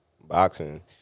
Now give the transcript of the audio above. boxing